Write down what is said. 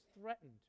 threatened